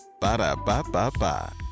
Ba-da-ba-ba-ba